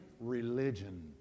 religion